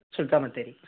Sultan Bathery